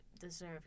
deserve